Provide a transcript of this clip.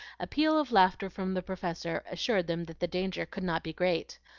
a peal of laughter from the professor assured them that the danger could not be great.